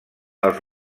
els